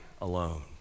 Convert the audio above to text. alone